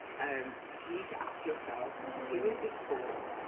and you need to ask yourself, who is this for,